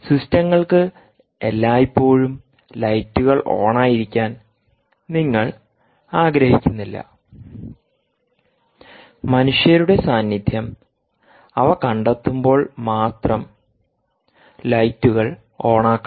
സിസ്റ്റങ്ങൾക്ക് എല്ലായ്പ്പോഴും ലൈറ്റുകൾ ഓണായിരിക്കാൻ നിങ്ങൾ ആഗ്രഹിക്കുന്നില്ല മനുഷ്യരുടെ സാന്നിധ്യം അവ കണ്ടെത്തുമ്പോൾ മാത്രം ലൈറ്റുകൾ ഓണാക്കണം